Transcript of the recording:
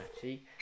See